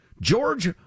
George